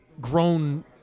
grown